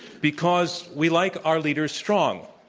because we like our leaders strong.